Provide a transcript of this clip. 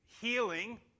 healing